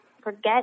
forget